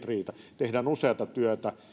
riitä asumismenojen jälkeen tehdään useata työtä